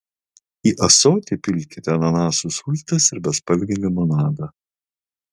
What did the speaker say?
į ąsotį pilkite ananasų sultis ir bespalvį limonadą